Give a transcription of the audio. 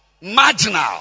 marginal